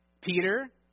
Peter